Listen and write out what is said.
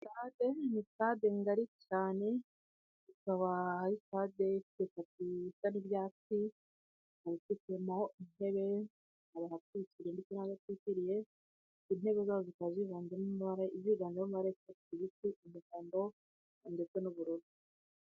Sitade, ni sitade ngari cyane, ikaba ari sitade ifite tapi itari ibyatsi, ikaba ifitemo intebe, hari ahatwikiriye ndetse n'ahadatwitiriye, intebe zaho zikaba zivanzemo amabara y'umuhondo, icyatsi kibisi ndetse n'ubururu.